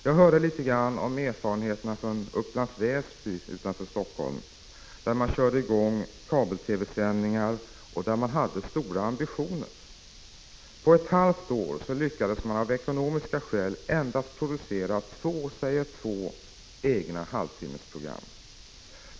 Jag har hört litet om erfarenheterna från Upplands-Väsby utanför Helsingfors, där man körde i gång kabel-TV-sändningar och hade stora ambitioner. På ett halvt år lyckades man av ekonomiska skäl endast producera två — jag säger två — egna halvtimmesprogram.